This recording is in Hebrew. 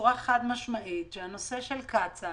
בצורה חד משמעית שהנושא של קצא"א